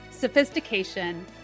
sophistication